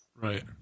Right